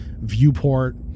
viewport